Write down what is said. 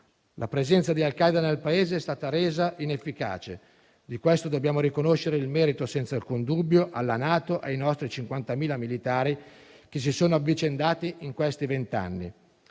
La presenza di Al Qaeda nel Paese è stata resa inefficace; di questo dobbiamo riconoscere il merito, senza alcun dubbio, alla NATO, ai nostri 50.000 militari che si sono avvicendati in questi vent'anni.